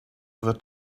wird